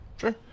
Sure